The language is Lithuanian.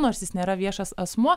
nors jis nėra viešas asmuo